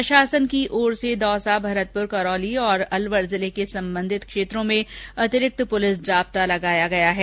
प्रशासन की ओर से दौसा भरतपुर करौली और अलवर जिले के संबंधित क्षेत्रों में अतिरिक्त पुलिस जाब्ता लगाया गया है